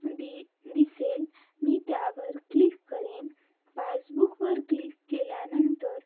दि दिसेल मी त्यावर क्लिक करेन पासबुकवर क्लिक केल्यानंतर